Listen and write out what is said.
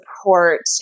support